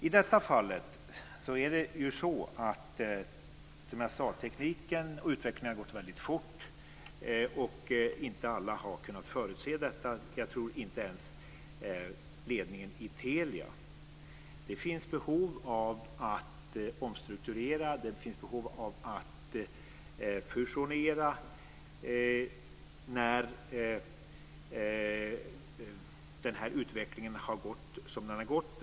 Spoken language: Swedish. I detta fall har, som sagt, tekniken och utvecklingen gått väldigt fort. Inte alla har kunnat förutse detta - inte ens ledningen i Telia, tror jag. Det finns behov av att omstrukturera och av att fusionera när den här utvecklingen har gått som den gått.